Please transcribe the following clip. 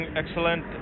excellent